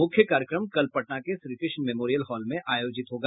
मुख्य कार्यक्रम कल पटना के श्रीकृष्ण मेमोरियल हॉल में आयोजित होगा